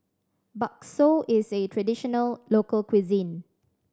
bakso is a traditional local cuisine